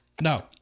No